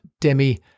Demi